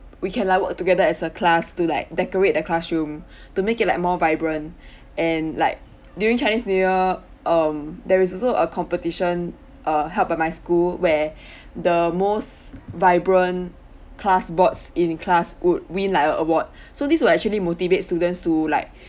we can like work together as a class to like decorate the classroom to make it like more vibrant and like during chinese new year um there is also a competition uh held by my school where the most vibrant class boards in class would win like a award so this would actually motivate students to like